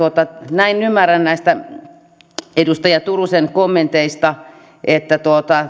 näin ymmärrän näistä edustaja turusen kommenteista että